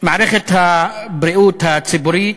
מערכת הבריאות הציבורית,